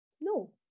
No